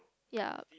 ya